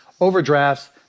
overdrafts